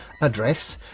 address